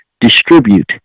distribute